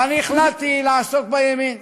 אבל אני החלטתי לעסוק בימין.